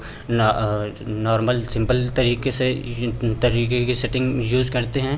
normal simple तरीके से इन तरीके की सेटिंग यूज़ करते हैं